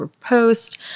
post